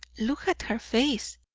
look at her face!